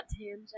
tangent